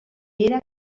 era